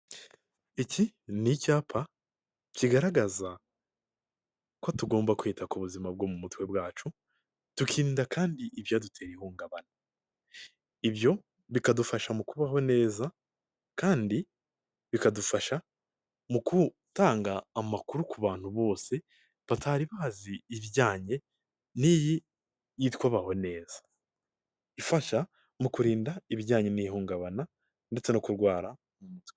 Iki n'icyapa kigaragaza ko tugomba kwita ku buzima bwo mu mutwe bwacu, tukirinda kandi ibyadutera ihungabana, ibyo bikadufasha mu kubaho neza kandi bikadufasha mu gutanga amakuru ku bantu bose batari bazi ibijyanye n'iyi yitwa baho neza, ifasha mu kurinda ibijyanye n'ihungabana ndetse no kurwara...